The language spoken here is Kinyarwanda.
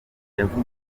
yavuze